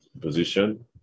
position